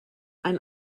ein